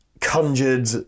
conjured